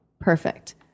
Perfect